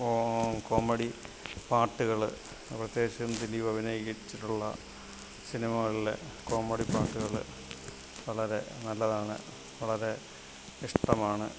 കോ comedy പാട്ടുകള് പ്രത്യേകിച്ചും ദിലീപ് അഭിനയിച്ചിട്ടുള്ള സിനിമകളിലെ കോമഡി പാട്ടുകള് വളരെ നല്ലതാണ് വളരെ ഇഷ്ടമാണ്